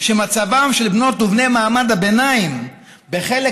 שמצבם של בנות ובני מעמד הביניים בחלק